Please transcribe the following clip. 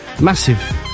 Massive